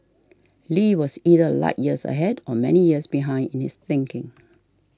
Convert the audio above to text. Lee was either light years ahead or many years behind in his thinking